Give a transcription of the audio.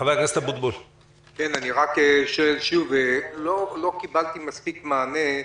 אני מבקש לשאול שוב, לא קיבלתי מספיק מענה.